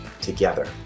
together